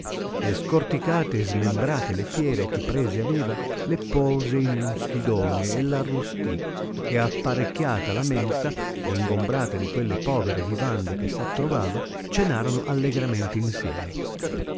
e scorticate e smembrate le fiere che prese aveva le pose in un schidone e l arrosti ed apparecchiata la mensa e ingombrata di quelle povere vivande che s'attrovava cenarono allegramente insieme